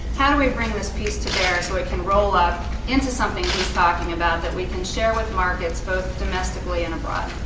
how do we bring this piece to bear so we can roll up into something he's talking about that we can share with markets, both domestically and abroad.